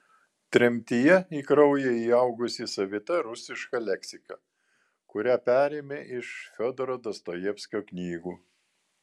tremtyje į kraują įaugusi savita rusiška leksika kurią perėmė iš fiodoro dostojevskio knygų